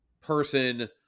person